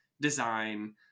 design